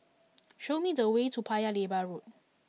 show me the way to Paya Lebar Road